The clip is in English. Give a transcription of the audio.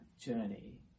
journey